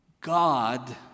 God